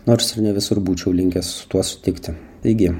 nors ir ne visur būčiau linkęs su tuo sutikti taigi